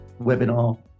webinar